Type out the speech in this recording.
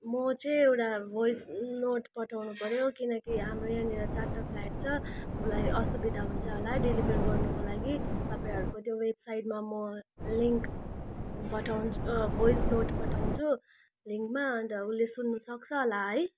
म चाहिँ एउटा भइस नोट पठाउनु पर्यो किनकि हाम्रो यहाँनिर चारवटा फ्ल्याट छ उसलाई असुविधा हुन्छ होला डेलिभर गर्नुको लागि तपाईँहरूको त्यो वेबसाइटमा म लिङ्क पठाउ भइस नोट पठाउँछु लिङ्कमा अन्त उसले सुन्नुसक्छ होला है